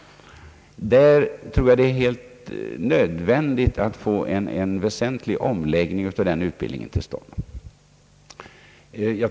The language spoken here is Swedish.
Där tror. jag att en väsentlig omläggning av utbildningen är alldeles nödvändig.